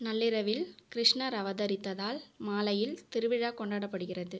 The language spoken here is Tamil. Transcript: நள்ளிரவில் கிருஷ்ணர் அவதரித்ததால் மாலையில் திருவிழா கொண்டாடப்படுகிறது